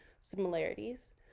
similarities